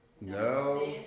No